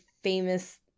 famous